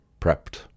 prepped